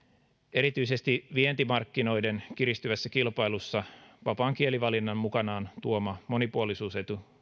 erityisesti vientimarkkinoiden kiristyvässä kilpailussa vapaan kielivalinnan mukanaan tuoma monipuolisuusetu